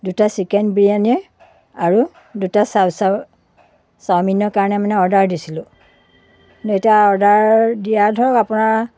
দুটা চিকেন বিৰিয়ানীয়ে আৰু দুটা চাও চাও চাওমিনৰ কাৰণে মানে অৰ্ডাৰ দিছিলোঁ কিন্তু এতিয়া অৰ্ডাৰ দিয়া ধৰক আপোনাৰ